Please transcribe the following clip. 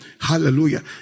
Hallelujah